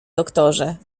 doktorze